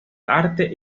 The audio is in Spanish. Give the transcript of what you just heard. arte